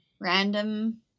random